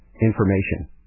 information